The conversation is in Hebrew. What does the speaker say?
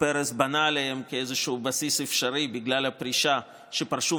פרס בנה עליהם כבסיס אפשרי בגלל הפרישה שהם פרשו